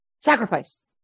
Sacrifice